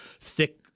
thick